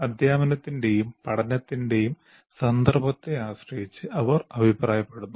അധ്യാപനത്തിന്റെയും പഠനത്തിന്റെയും സന്ദർഭത്തെ ആശ്രയിച്ച് അവർ അഭിപ്രായപ്പെടുന്നു